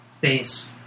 base